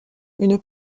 une